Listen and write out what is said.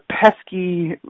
pesky